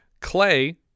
clay